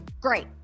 Great